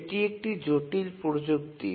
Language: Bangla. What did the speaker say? এটি একটি জটিল প্রযুক্তি